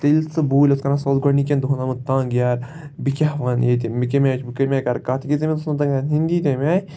تہٕ ییٚلہِ سُہ بوٗلۍ اوس کَران سُہ اوس گۄڈنِکٮ۪ن دۄہَن آمُت تنٛگ یارٕ بہٕ کیٛاہ وَنہٕ ییٚتہِ مےٚ کمہِ کمہِ آیہِ کرٕ کَتھ ییٚتہِ تٔمِس اوس نہٕ تَگان ہِنٛدی تَمہِ آیہِ